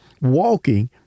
walking